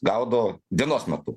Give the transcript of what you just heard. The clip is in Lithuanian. gaudo dienos metu